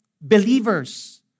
believers